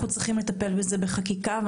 אנחנו צריכים לטפל בזה בחקיקה.